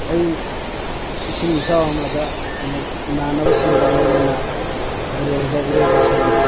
ꯑꯩ ꯏꯁꯤꯡ ꯏꯆꯥꯎ ꯑꯃꯗ ꯑꯃꯨꯛ ꯏꯃꯥꯟꯅꯕꯁꯤꯡꯒ ꯂꯣꯏꯅꯥꯅ ꯇꯨꯔꯦꯜꯗ ꯏꯔꯣꯏꯕ ꯁꯥꯟꯅꯩ